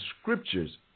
scriptures